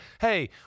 hey